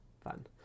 fun